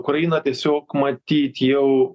ukraina tiesiog matyt jau